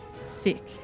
sick